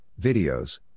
videos